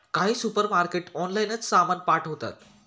काही सुपरमार्केट ऑनलाइनच सामान पाठवतात